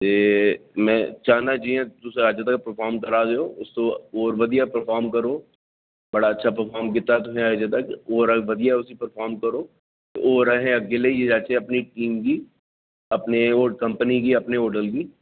ते में चाह्न्नां तुसें अज्ज तगर जियां परफार्म करा दे ओ इस तूं होर बधिया परफार्म करो बड़ा अच्छा परफार्म कीता तुसें अज्ज तक्क होर बधिया परफार्म करो ते होर अहें अग्गै लेइयै जाह्चै अपनी टीम गी अपनी कंपनी गी अपने होटल गी